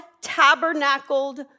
tabernacled